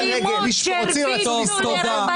אלימות שהרביצו לרבנים.